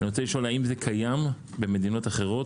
האם זה קיים במדינות אחרות?